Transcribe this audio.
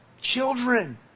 children